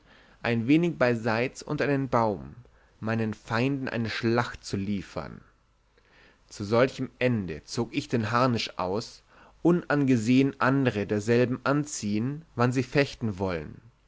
ein wenigs beiseits unter einen baum meinen feinden eine schlacht zu liefern zu solchem ende zog ich den harnisch aus unangesehen andere denselben anziehen wann sie fechten wollen